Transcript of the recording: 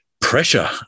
pressure